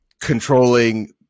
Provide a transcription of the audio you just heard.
controlling